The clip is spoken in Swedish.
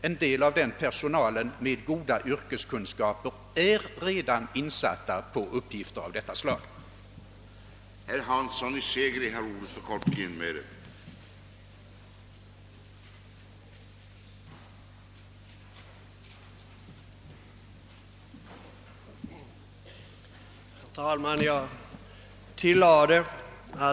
En del av den nya personalen med goda yrkeskunskaper är redan insatt på uppgiften att underlätta nyhetsförmedlingen.